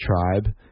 tribe